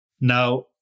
Now